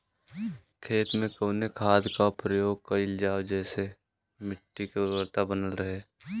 खेत में कवने खाद्य के प्रयोग कइल जाव जेसे मिट्टी के उर्वरता बनल रहे?